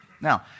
Now